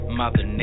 mother